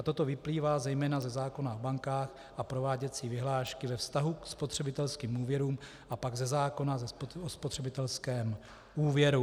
Toto vyplývá zejména ze zákona o bankách a prováděcí vyhlášky, ve vztahu k spotřebitelským úvěrům pak ze zákona o spotřebitelském úvěru.